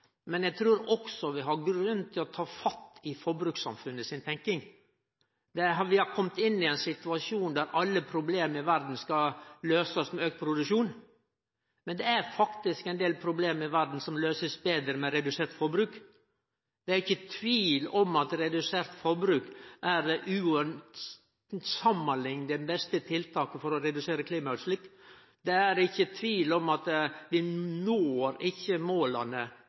Eg trur også vi har grunn til å ta fatt i forbrukssamfunnets tenking. Vi har kome i ein situasjon der alle problema i verda skal løysast med auka produksjon. Men det er faktisk ein del problem i verda som blir betre løyste med redusert forbruk. Det er ikkje tvil om at redusert forbruk utan samanlikning er det beste tiltaket for å redusere klimautsleppa. Det er ikkje tvil om at vi ikkje når måla i klimautsleppambisjonane på verdsbasis eller nasjonalt om vi ikkje